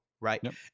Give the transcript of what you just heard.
right